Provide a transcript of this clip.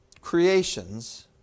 creations